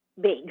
big